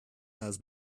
has